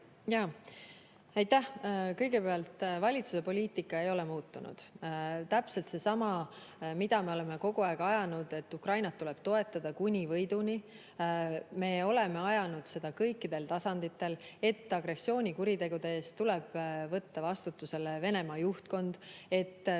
… Aitäh! Kõigepealt, valitsuse poliitika ei ole muutunud. See on täpselt seesama, mida me oleme kogu aeg ajanud: Ukrainat tuleb toetada kuni võiduni. Me oleme ajanud kõikidel tasanditel, et agressioonikuritegude eest tuleb võtta vastutusele Venemaa juhtkond, et